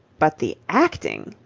but the acting.